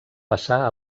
passar